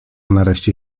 nareszcie